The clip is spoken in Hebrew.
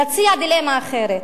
נציע דילמה אחרת.